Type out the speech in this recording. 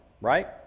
right